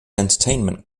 entertainment